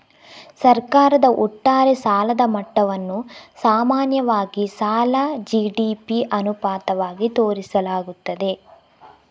ಸರ್ಕಾರದ ಒಟ್ಟಾರೆ ಸಾಲದ ಮಟ್ಟವನ್ನು ಸಾಮಾನ್ಯವಾಗಿ ಸಾಲ ಜಿ.ಡಿ.ಪಿ ಅನುಪಾತವಾಗಿ ತೋರಿಸಲಾಗುತ್ತದೆ